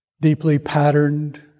deeply-patterned